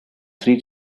three